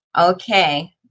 Okay